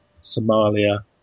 Somalia